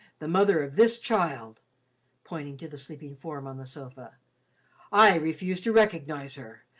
the mother of this child pointing to the sleeping form on the sofa i refused to recognise her.